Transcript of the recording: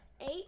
Eight